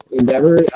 endeavor